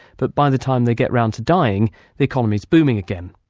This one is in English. but by the time they get round to dying the economy is booming again.